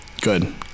Good